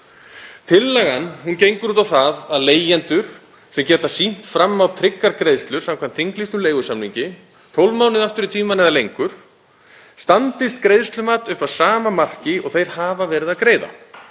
Tillagan gengur út á það að leigjendur, sem geta sýnt fram á tryggar greiðslur samkvæmt þinglýstum leigusamningi 12 mánuði aftur í tímann eða lengur, standist greiðslumat upp að sama marki og þeir hafa verið að greiða.